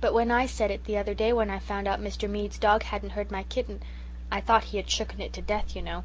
but when l said it the other day when i found out mr. mead's dog hadn't hurt my kitten i thought he had shooken it to death, you know